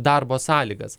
darbo sąlygas